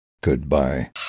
Goodbye